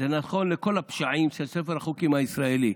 זה נכון לכל הפשעים של ספר החוקים הישראלי.